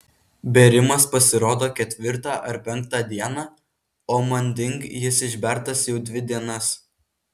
bėrimas pasirodo ketvirtą ar penktą dieną o manding jis išbertas jau dvi dienas